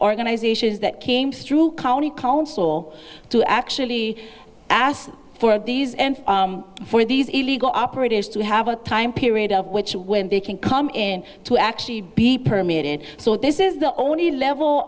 organizations that came through county council to actually ask for these and for these illegal operators to have a time period of which when they can come in to actually be permitted so this is the only level